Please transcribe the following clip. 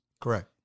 Correct